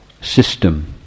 system